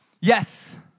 Yes